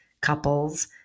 couples